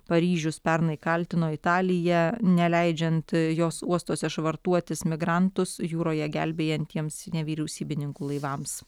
paryžius pernai kaltino italiją neleidžiant jos uostuose švartuotis migrantus jūroje gelbėjantiems nevyriausybininkų laivams